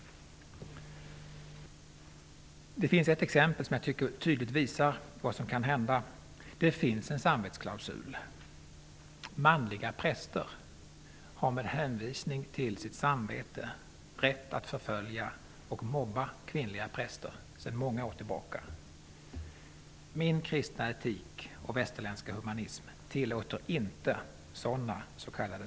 Det finns ett exempel som tydligt visar vad som kan hända om det finns en samvetsklausul. Manliga präster har, med hävisning till sitt samvete, rätt att förfölja och mobba kvinnliga präster sedan många år tillbaka. Min kristna etik och västerländska humanism tillåter inte sådana s.k.